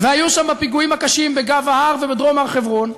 והיו שם בפיגועים הקשים בגב-ההר ובדרום הר-חברון,